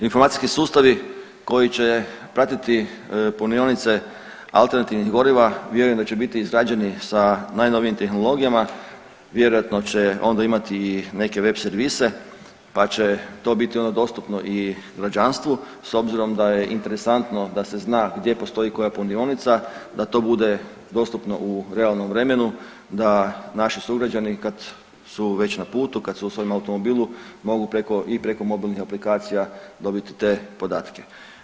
Informacijski sustavi koji će pratiti punionice alternativnih goriva vjerujem da će biti izgrađeni sa najnovijim tehnologijama vjerojatno će onda imati i neke web servise pa će to biti onda dostupno i građanstvu s obzirom da je interesantno da se zna gdje postoji koja punionica da to bude dostupno u realnom vremenu, da naši sugrađani kad su već na putu, kad su u svojem automobilu mogu i preko mobilnih aplikacija dobiti te podatke.